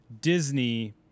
Disney